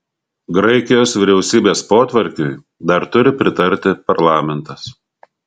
graikijos vyriausybės potvarkiui dar turi pritarti parlamentas